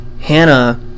Hannah